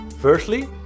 Firstly